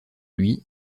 lui